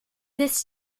this